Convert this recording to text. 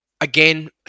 Again